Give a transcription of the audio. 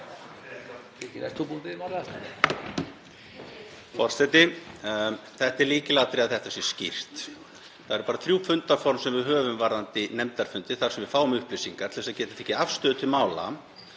Það er lykilatriði að þetta sé skýrt. Það eru bara þrjú fundarform sem við höfum á nefndarfundum þar sem við fáum upplýsingar til að geta tekið afstöðu til mála